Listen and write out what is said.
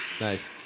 Nice